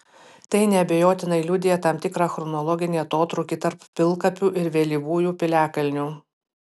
tai neabejotinai liudija tam tikrą chronologinį atotrūkį tarp pilkapių ir vėlyvųjų piliakalnių